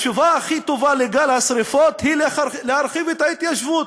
התשובה הכי טובה לגל השרפות היא להרחיב את ההתיישבות.